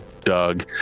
Doug